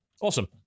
Awesome